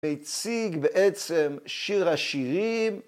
‫והציג בעצם שיר השירים.